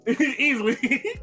easily